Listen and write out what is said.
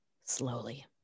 Slowly